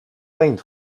paid